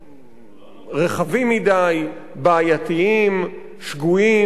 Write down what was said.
רחבים מדי, בעייתיים, שגויים, לא נכונים.